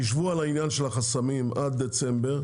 תשבו על העניין של החסמים עד דצמבר,